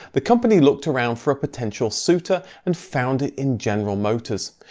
the company looked around for potential suitors and found it in general motors.